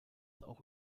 auch